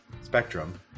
spectrum